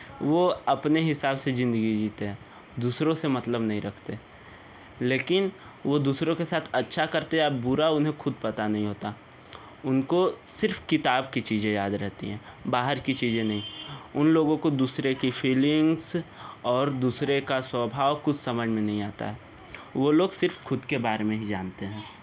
वो अपने हिसाब से जिंदगी जीते हैं दूसरो से मतलब नहीं रखते लेकिन वो दूसरों के साथ अच्छा करते या बुरा उन्हें खुद पता नही होता उनको सिर्फ किताब की चीज़ें याद रहती हैं बाहर की चीज़ें नहीं उन लोगो को दूसरे की फिलिंग्स और दूसरे का स्वभाव कुछ समझ में नहीं आता है वो लोग सिर्फ खुद के बारे में ही जानते हैं